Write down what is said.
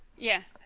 yeah